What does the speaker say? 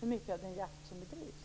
för mycket av den jakt som bedrivs?